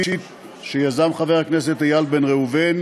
שיזם חבר הכנסת איל בן ראובן